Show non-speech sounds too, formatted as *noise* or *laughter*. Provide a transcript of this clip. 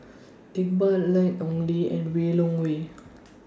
Iqbal Ian Ong Li and *unintelligible*